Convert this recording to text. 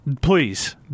please